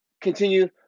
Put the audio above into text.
Continue